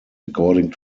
according